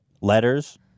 letters